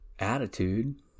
Attitude